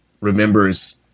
remembers